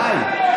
די.